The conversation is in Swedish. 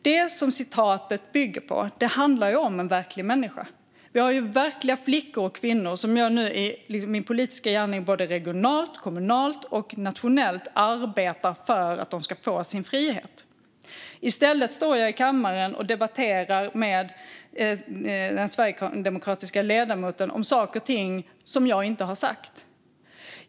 Det som Ludvig Aspling läste upp tidigare handlar om en verklig människa. Vi har verkliga flickor och kvinnor som jag i min politiska gärning både regionalt, kommunalt och nationellt arbetar för ska få sin frihet. I stället står jag i kammaren och debatterar med den sverigedemokratiska ledamoten om saker och ting som jag inte har sagt.